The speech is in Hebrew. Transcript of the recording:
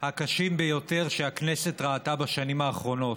הקשות ביותר שהכנסת ראתה בשנים האחרונות.